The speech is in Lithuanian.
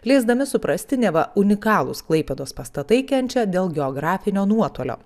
leisdami suprasti neva unikalūs klaipėdos pastatai kenčia dėl geografinio nuotolio